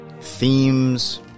themes